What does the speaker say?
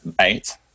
eight